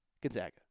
Gonzaga